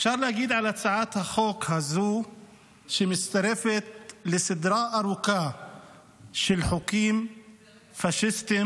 אפשר להגיד על הצעת החוק הזו שהיא מצטרפת לסדרה ארוכה של חוקים פשיסטים,